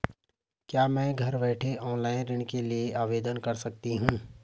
क्या मैं घर बैठे ऑनलाइन ऋण के लिए आवेदन कर सकती हूँ?